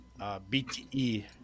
BTE